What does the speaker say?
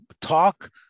talk